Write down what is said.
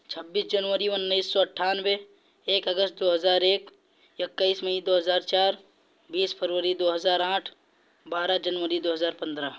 چھبیس جنوری انیس سو اٹھانوے ایک اگست دو ہزار ایک اکیس مئی دو ہزار چار بیس فروری دو ہزار آٹھ بارہ جنوری دو ہزار پندرہ